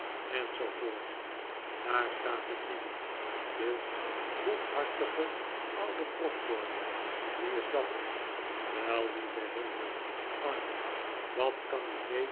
en zoo voort daar staat het niet de goedhartige oude proctor wie is dat wei lieve hemel annie wat kan